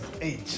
age